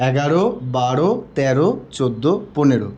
এগারো বারো তেরো চোদ্দো পনেরো